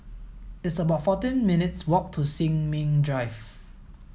it's about fourteen minutes' walk to Sin Ming Drive